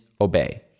obey